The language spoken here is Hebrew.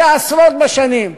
שעשרות בשנים,